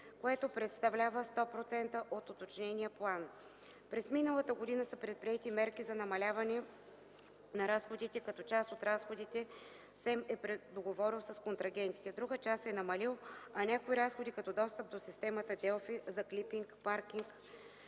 което представлява 100% от уточнения план. През миналата година са предприети мерки за намаляване на разходите, като част от разходите СЕМ е предоговорил с контрагентите, друга част е намалил, а някои разходи – като достъп до системата ДЕЛФИ, за клипинг, паркинг